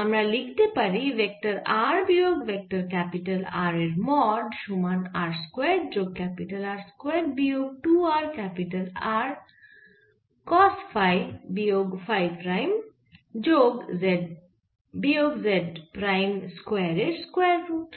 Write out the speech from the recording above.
আমরা লিখতে পারি ভেক্টর r বিয়োগ ভেক্টর ক্যাপিটাল R এর মড সমান r স্কয়ার যোগ ক্যাপিটাল R স্কয়ার বিয়োগ 2 r capital R cos phi বিয়োগ ফাই প্রাইম যোগ z বিয়োগ z প্রাইম স্কয়ার এর স্কয়ার রুট